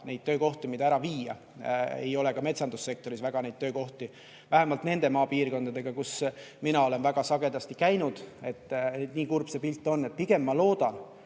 neid töökohti, mida ära viia, ei ole ka metsandussektoris väga neid töökohti, vähemalt nendes maapiirkondades, kus mina olen väga sagedasti käinud. Nii kurb see pilt on. Pigem ma loodan,